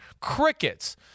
Crickets